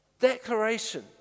Declaration